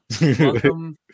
welcome